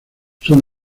son